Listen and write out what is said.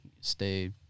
stay